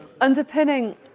underpinning